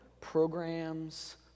programs